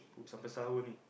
oh sampai sahur ini